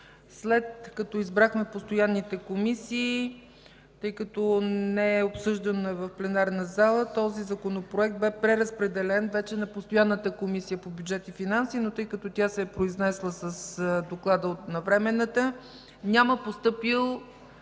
След като избрахме постоянните комисии, тъй като не е обсъждан в пленарната зала, този законопроект беше преразпределен вече на Постоянната комисия по бюджет и финанси, но тъй като тя се е произнесла с доклада на Временната, няма постъпил